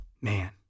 man